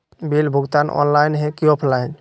Bill भुगतान online है की ऑफलाइन?